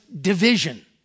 division